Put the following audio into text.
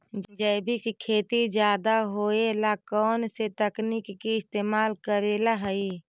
जैविक खेती ज्यादा होये ला कौन से तकनीक के इस्तेमाल करेला हई?